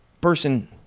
person